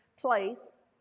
place